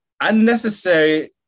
unnecessary